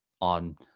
on